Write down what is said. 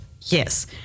Yes